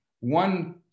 One